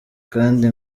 kandi